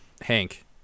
Hank